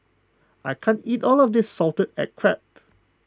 I can't eat all of this Salted Egg Crab